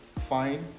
fine